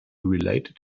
related